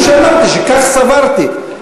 הוא שאמרתי, שכך סברתי.